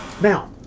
Now